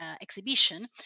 exhibition